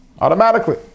automatically